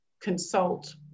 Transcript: consult